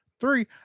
three